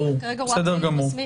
כרגע הוא רק סעיף מסמיך.